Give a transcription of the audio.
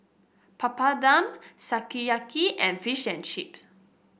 Papadum Sukiyaki and Fish and Chips